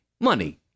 money